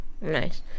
Nice